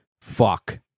fuck